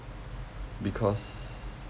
because